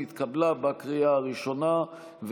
התקבלה בקריאה הראשונה,